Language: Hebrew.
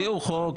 תביאו חוק.